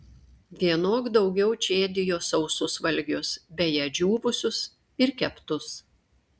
vienok daugiau čėdijo sausus valgius beje džiūvusius ir keptus